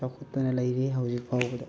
ꯆꯥꯎꯈꯠꯇꯅ ꯂꯩꯔꯤ ꯍꯧꯖꯤꯛ ꯐꯥꯎꯕꯗ